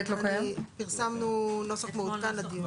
פרסמנו נוסח מעודכן לדיון.